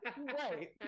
right